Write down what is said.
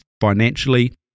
financially